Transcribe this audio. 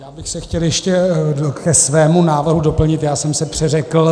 Já bych se chtěl ještě ke svému návrhu doplnit já jsem se přeřekl.